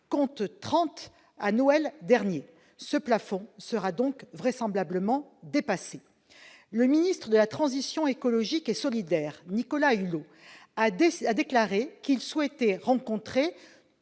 contre 30 à Noël dernier. Ce plafond sera donc vraisemblablement dépassé. Le ministre de la transition écologique et solidaire, Nicolas Hulot, a déclaré qu'il souhaitait rencontrer